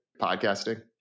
podcasting